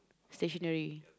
stationary